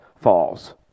falls